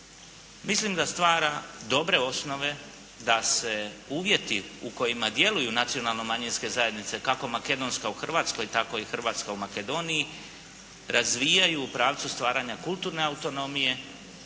mislim da stvara dobre osnove da se uvjeti u kojima djeluju nacionalne manjinske zajednice kako makedonska u Hrvatskoj tako i hrvatska u Makedoniji razvijaju u pravcu stvaranja kulturne autonomije